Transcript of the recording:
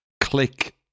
click